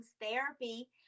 therapy